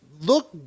look